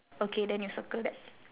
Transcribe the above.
okay then you circle that